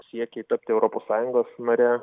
siekiai tapti europos sąjungos nare